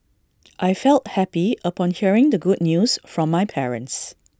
I felt happy upon hearing the good news from my parents